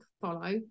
follow